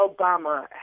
Obama